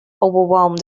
overwhelmed